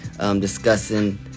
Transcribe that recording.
discussing